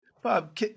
Bob